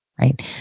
right